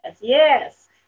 Yes